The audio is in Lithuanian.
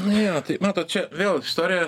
nu jo tai matot čia vėl istorija